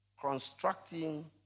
constructing